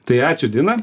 tai ačiū dina